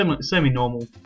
semi-normal